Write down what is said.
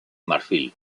marfil